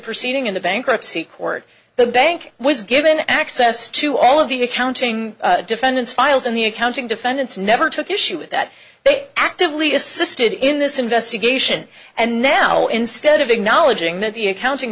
proceeding in the bankruptcy court the bank was given access to all of the accounting defendants files and the accounting defendants never took issue with that they actively assisted in this investigation and now instead of acknowledging that the accounting